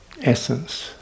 essence